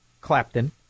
Clapton